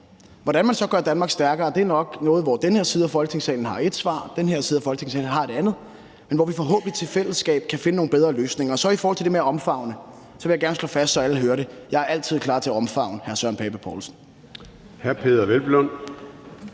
Hvordan man så gør Danmark stærkere, er nok noget, hvor den ene side af Folketingssalen har ét svar og den anden side af Folketingssalen har et andet, men vi kan forhåbentlig i fællesskab finde nogle bedre løsninger. I forhold til det her med at omfavne vil jeg gerne slå noget fast, så alle kan høre det: Jeg er altid klar til at omfavne hr. Søren Pape Poulsen. Kl.